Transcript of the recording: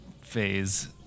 phase